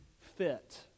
fit